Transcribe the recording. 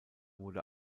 wurde